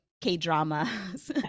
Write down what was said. K-dramas